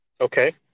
Okay